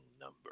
number